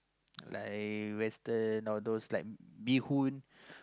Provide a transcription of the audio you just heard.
like western all those like bee-hoon